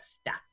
stop